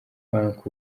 bank